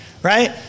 right